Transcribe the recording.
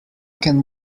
can